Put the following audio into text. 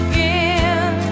Again